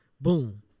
Boom